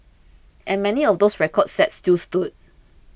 and many of those records set still stood